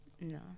No